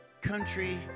country